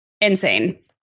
Insane